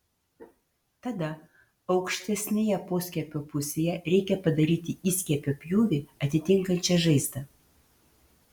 tada aukštesnėje poskiepio pusėje reikia padaryti įskiepio pjūvį atitinkančią žaizdą